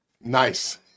Nice